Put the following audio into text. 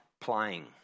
playing